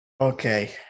Okay